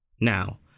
Now